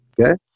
Okay